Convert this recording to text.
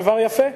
דבר יפה.